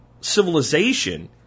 civilization